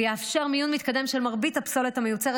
יאפשר מיון מתקדם של מרבית הפסולת המיוצרת